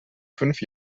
fünf